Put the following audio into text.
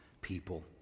people